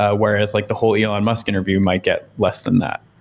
ah whereas like the whole elon musk interview might get less than that,